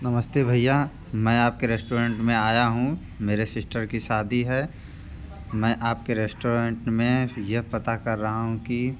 नमस्ते भैया मैं आप के रेस्टोरेंट में आया हूँ मेरी सिस्टर की शादी है मैं आप के रेस्टोरेंट में यह पता कर रहा हूँ कि